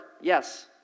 Yes